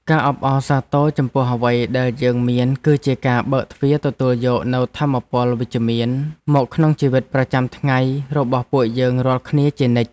ការអបអរសាទរចំពោះអ្វីដែលយើងមានគឺជាការបើកទ្វារទទួលយកនូវថាមពលវិជ្ជមានមកក្នុងជីវិតប្រចាំថ្ងៃរបស់ពួកយើងរាល់គ្នាជានិច្ច។